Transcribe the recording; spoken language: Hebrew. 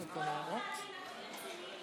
אנחנו עוברים להצעת חוק לתיקון פקודת הכלבת (מס' 6)